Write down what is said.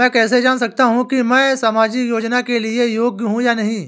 मैं कैसे जान सकता हूँ कि मैं सामाजिक योजना के लिए योग्य हूँ या नहीं?